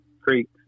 creeks